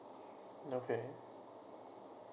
okay